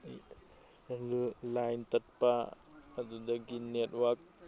line ꯇꯠꯄ ꯑꯗꯨꯗꯒꯤ network